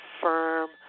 firm